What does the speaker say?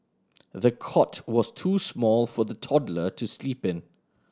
the cot was too small for the toddler to sleep in